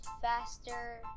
faster